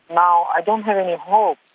now i don't have any hope.